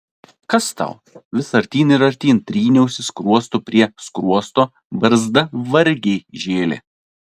kas tau vis artyn ir artyn tryniausi skruostu prie skruosto barzda vargiai žėlė